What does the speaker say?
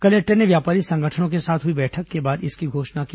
collector ने व्यापारी संगठनों के साथ हुई बैठक के बाद इसकी घोषणा की